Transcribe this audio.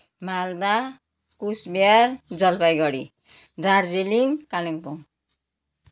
Malda Coochbehar Jalpaiguri Darjeeling Kalimpong